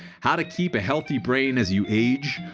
how to keep a healthy brain as you age,